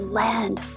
land